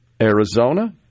Arizona